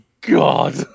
god